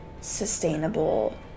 sustainable